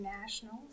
nationals